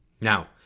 Now